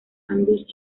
angus